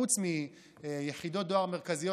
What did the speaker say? חוץ מיחידות דואר מרכזיות,